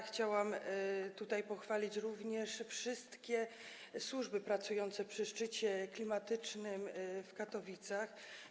Chciałam tutaj pochwalić również wszystkie służby pracujące przy szczycie klimatycznym w Katowicach.